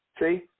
See